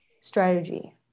strategy